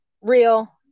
real